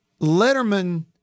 Letterman